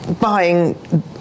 buying